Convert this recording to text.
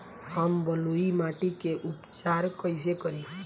हम बलुइ माटी के उपचार कईसे करि?